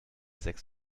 sechs